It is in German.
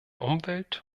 umwelt